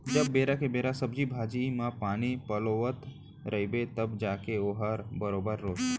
जब बेरा के बेरा सब्जी भाजी म पानी पलोवत रइबे तव जाके वोहर बरोबर होथे